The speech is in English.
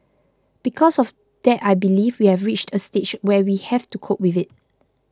because of that I believe we have reached a stage where we have to cope with it